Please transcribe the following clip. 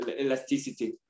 elasticity